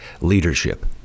leadership